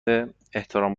احترام